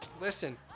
Listen